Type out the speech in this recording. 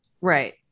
Right